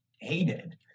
hated